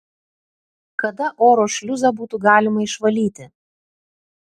kada oro šliuzą būtų galima išvalyti